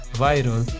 viral